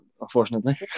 unfortunately